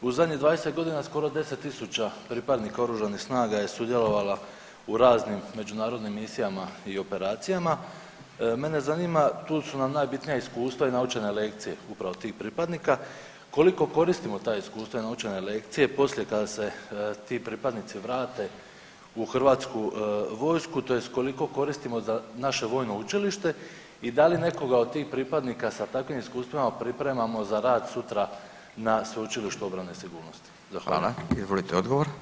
U zadnjih 20 godina skoro 10.000 pripadnika oružanih snaga je sudjelovalo u raznim međunarodnim misijama i operacijama, mene zanima tu su nam najbitnija iskustva i naučene lekcije upravo tih pripadnika, koliko koristimo ta iskustva i naučene lekcije poslije kada se ti pripadnici vrate u Hrvatsku vojsku tj. koliko koristimo za naše vojno učilište i da li nekoga od tih pripadnika sa takvim iskustvima pripremamo za rad sutra na Sveučilištu obrane i sigurnosti?